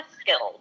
skills